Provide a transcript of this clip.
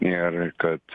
ir kad